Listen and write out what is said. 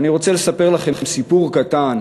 אני רוצה לספר לכם סיפור קטן